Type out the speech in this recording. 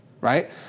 right